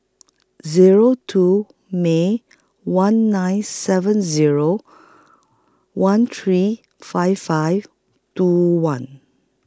Zero two May one nine seven Zero one three five five two one